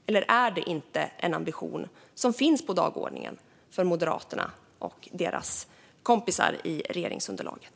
Eller är detta inte en ambition som finns på dagordningen för Moderaterna och deras kompisar i regeringsunderlaget?